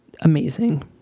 amazing